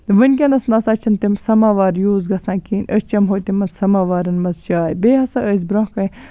وٕنکیٚنَس نَسا چھِنہٕ تِم سَمَوار یوٗز گَژھان کینٛہہ أسۍ چَمہو تِمَن سَمَوارَن مَنٛز چاے بیٚیہِ ہَسا ٲسۍ